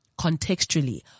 contextually